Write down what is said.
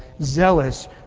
zealous